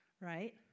Right